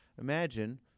Imagine